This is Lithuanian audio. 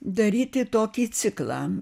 daryti tokį ciklą